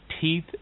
teeth